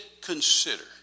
consider